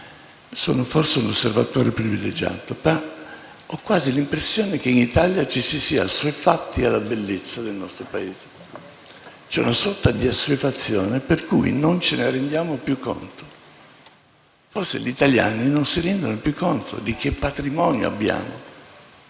Sono forse un osservatore privilegiato, ma ho quasi l'impressione che in Italia ci si sia assuefatti alla bellezza del nostro Paese. C'è una sorta di assuefazione per cui non ce ne rendiamo più conto. Forse gli italiani non si rendono più conto di che patrimonio abbiamo.